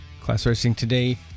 ClassRacingToday